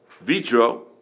vitro